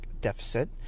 deficit